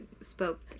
spoke